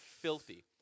filthy